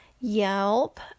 Yelp